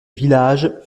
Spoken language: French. village